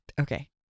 Okay